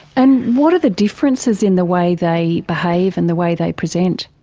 and what are the differences in the way they behave and the way they present?